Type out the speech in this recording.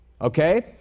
Okay